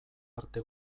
arte